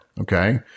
Okay